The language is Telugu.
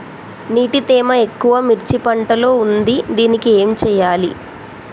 నీటి తేమ ఎక్కువ మిర్చి పంట లో ఉంది దీనికి ఏం చేయాలి?